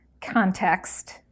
context